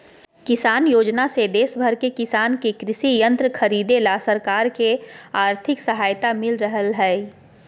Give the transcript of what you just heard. किसान योजना से देश भर के किसान के कृषि यंत्र खरीदे ला सरकार से आर्थिक सहायता मिल रहल हई